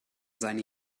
seine